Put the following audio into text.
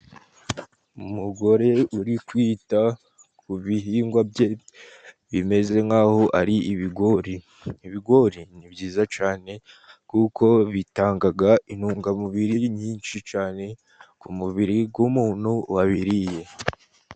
Umugore uri kwita ku bihingwa bye, bimeze nk'aho ari ibigori. Ibigori ni byiza cyane kuko bitanga intungamubiri nyinshi cyane ku mubiri w'umuntu wabiriye.